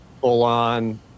full-on